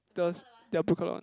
the s~ the blue color [one]